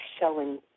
showing